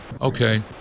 Okay